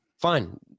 Fine